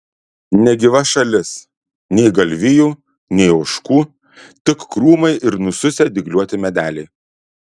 negyva šalis nei galvijų nei ožkų tik krūmai ir nususę dygliuoti medeliai